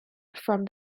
from